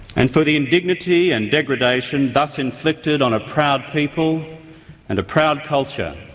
and for the indignity and degradation thus inflicted on a proud people and a proud culture,